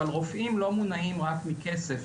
אבל רופאים לא מונעים רק מכסף,